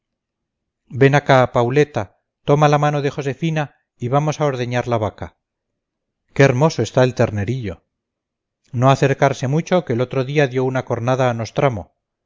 ven acá pauleta toma la mano de josefina y vamos a ordeñar la vaca qué hermoso está el ternerillo no acercarse mucho que el otro día dio una cornada a nostramo